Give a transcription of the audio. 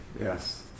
Yes